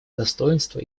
достоинства